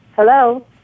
Hello